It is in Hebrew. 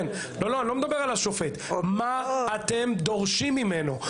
מה אתם דורשים ממנו?